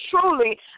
truly